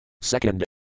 Second